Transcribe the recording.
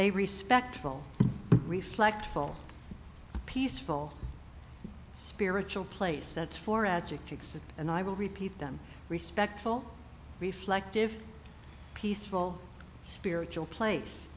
a respectable reflect full peaceful spiritual place that's for adjectives and i will repeat them respectful reflective peaceful spiritual place